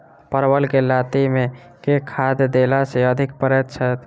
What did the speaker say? परवल केँ लाती मे केँ खाद्य देला सँ अधिक फरैत छै?